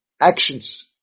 actions